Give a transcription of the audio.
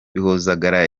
bihozagara